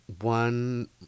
one